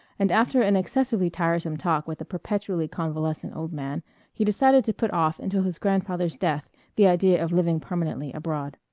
and after an excessively tiresome talk with the perpetually convalescent old man he decided to put off until his grandfather's death the idea of living permanently abroad.